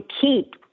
keep